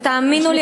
ותאמינו לי,